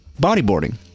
bodyboarding